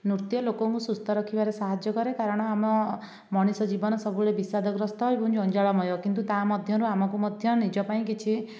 ନୃତ୍ୟ ଲୋକଙ୍କୁ ସୁସ୍ଥ ରଖିବାରେ ସାହାଯ୍ୟ କରେ କାରଣ ଆମ ମଣିଷ ଜୀବନ ସବୁବେଳେ ବିଷାଦଗ୍ରସ୍ତ ଏବଂ ଜଞ୍ଜାଳମୟ କିନ୍ତୁ ତା ମଧ୍ୟରୁ ଆମକୁ ମଧ୍ୟ ନିଜ ପାଇଁ କିଛି